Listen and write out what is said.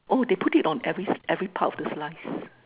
oh they put it on every every part of the slice